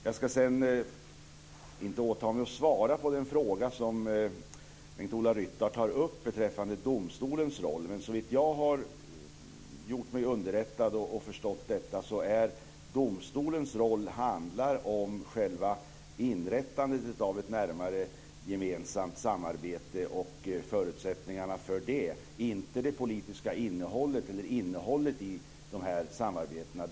Jag ska inte åta mig att svara på den fråga som Bengt-Ola Ryttar tar upp beträffande domstolens roll, men såvitt jag har gjort mig underrättad och förstått detta handlar domstolens roll om själva inrättandet av ett närmare samarbete och förutsättningarna för det, inte innehållet i samarbetet.